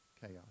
chaos